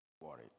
worried